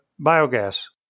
biogas